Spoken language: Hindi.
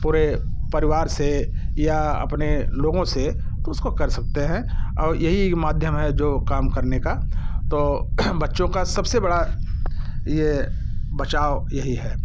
पूरे परिवार से या अपने लोगों से तो उसको कर सकते हैं और यही एक माध्यम है जो काम करने का तो बच्चों का सबसे बड़ा ये बचाव यही है